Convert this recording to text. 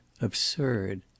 absurd